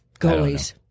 goalies